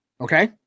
okay